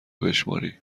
بشمری